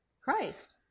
Christ